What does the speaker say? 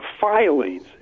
filings